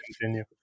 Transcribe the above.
continue